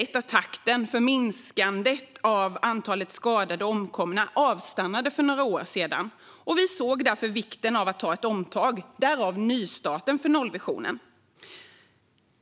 Takten i minskandet av antalet skadade och omkomna avstannade för några år sedan. Vi såg därför vikten av att ta ett omtag - därav nystarten för nollvisionen.